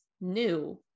new